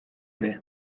ere